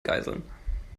geiseln